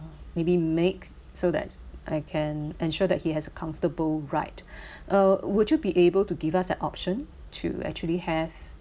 maybe make so that I can ensure that he has a comfortable ride uh would you be able to give us an option to actually have